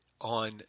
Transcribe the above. on